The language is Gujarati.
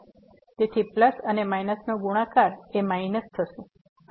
તેથી પ્લસ અને માઈનસનો ગુણાકાર એ માઇનસ થશે